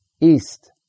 east